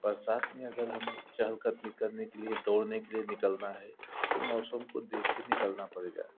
बरसात में अगर हम चहल कदमी करने के लिए दौड़ने के लिए निकलना है तो मौसम को देख कर निकलना पड़ेगा